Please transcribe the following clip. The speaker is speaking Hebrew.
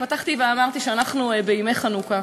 פתחתי ואמרתי שאנחנו בימי חנוכה,